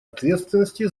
ответственности